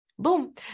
Boom